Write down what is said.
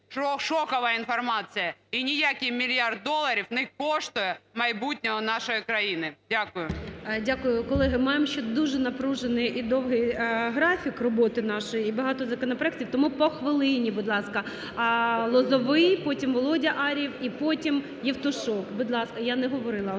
шокова інформація, і ніякий мільярд доларів не коштує майбутнього нашої країни. Дякую. ГОЛОВУЮЧИЙ. Дякую. Колеги, маєм ще дуже напружений і довгий графік роботи нашої, і багато законопроектів, тому по хвилині, будь ласка. Лозовий. Потім – Володя Ар'єв. І потім – Євтушок. Будь ласка… (Шум у залі)